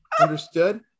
Understood